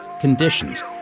conditions